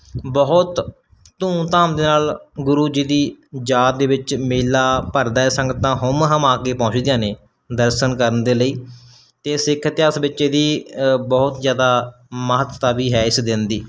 ਬਹੁਤ ਧੂਮਧਾਮ ਦੇ ਨਾਲ ਗੁਰੂ ਜੀ ਦੀ ਯਾਦ ਦੇ ਵਿੱਚ ਮੇਲਾ ਭਰਦਾ ਹੈ ਸੰਗਤਾਂ ਹੁੰਮ ਹਮਾ ਕੇ ਪਹੁੰਚਦੀਆਂ ਨੇ ਦਰਸ਼ਨ ਕਰਨ ਦੇ ਲਈ ਅਤੇ ਸਿੱਖ ਇਤਿਹਾਸ ਵਿੱਚ ਇਹਦੀ ਬਹੁਤ ਜ਼ਿਆਦਾ ਮਹੱਤਤਾ ਵੀ ਹੈ ਇਸ ਦਿਨ ਦੀ